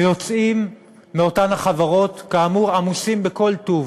ויוצאים מאותן החברות, כאמור, עמוסים בכל טוב.